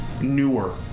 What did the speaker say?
newer